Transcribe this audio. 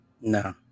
No